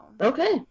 okay